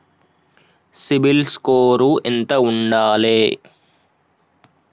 CIBIL score ఎంత ఉండాలే?